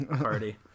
party